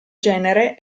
genere